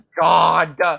God